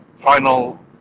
final